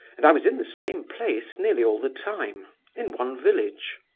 and i was in the same place nearly all the time in one village.